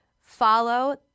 follow